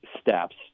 steps